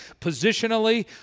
Positionally